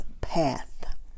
path